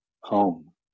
Home